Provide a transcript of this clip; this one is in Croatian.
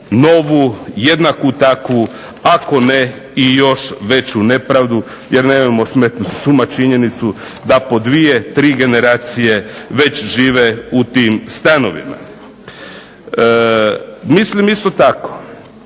novu jednaku takvu ako ne i još veću nepravdu jer nemojmo smetnuti s uma činjenicu da po dvije, tri generacije već žive u tim stanovima. Mislim isto tako